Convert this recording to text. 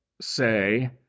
say